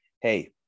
hey